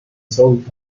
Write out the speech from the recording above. south